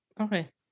Okay